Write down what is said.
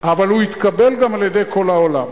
אבל הוא התקבל גם על-ידי כל העולם.